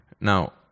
Now